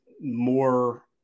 more